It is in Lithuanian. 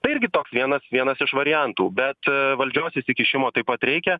tai irgi toks vienas vienas iš variantų bet valdžios įsikišimo taip pat reikia